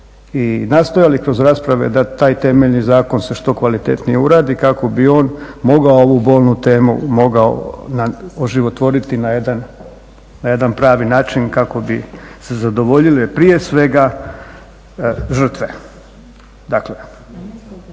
i nastojali kroz rasprave da taj temeljni zakon se što kvalitetnije uradi kako bi on morao ovu bolnu temu, mogao oživotvoriti na jedan pravi način kako bi se zadovoljile prije svega žrtve.